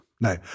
No